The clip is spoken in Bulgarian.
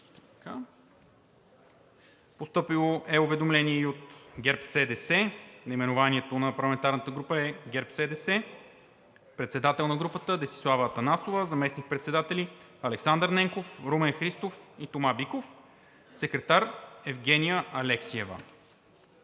Постъпило е уведомление от ГЕРБ-СДС. Наименованието на парламентарната група е ГЕРБ-СДС. Председател на групата е Десислава Атанасова; заместник-председатели – Александър Ненков, Румен Христов и Тома Биков; секретар – Евгения Алексиева.